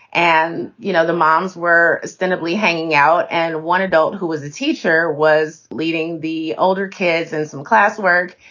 and, you know, the moms were steadily hanging out. and one adult who was a teacher was leading the older kids in some classwork.